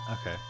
Okay